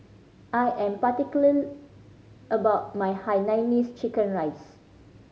I am particular about my hainanese chicken rice